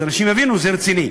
אז אנשים יבינו שזה רציני.